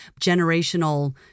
generational